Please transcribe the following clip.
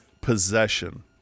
Possession